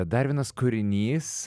dar vienas kūrinys